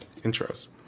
intros